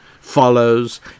follows